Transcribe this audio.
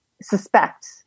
suspect